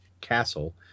castle